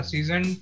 Season